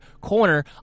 corner